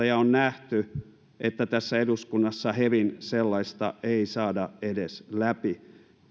ja on nähty että eduskunnassa sellaista hevin ei saada edes läpi